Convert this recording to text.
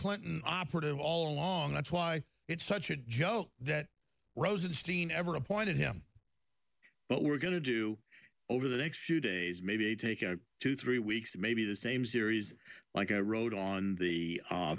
clinton operative all along that's why it's such a gel that rosenstein ever appointed him but we're going to do over the next few days maybe a take out two three weeks maybe the same series like i wrote on the